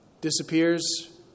Disappears